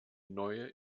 neue